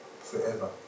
forever